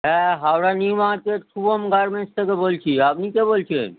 হ্যাঁ Howrah New Market Shubham garments থেকে বলছি আপনি কে বলছেন